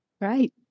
Right